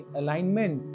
alignment